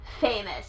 famous